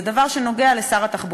זה דבר שנוגע לשר התחבורה,